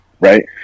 right